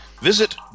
visit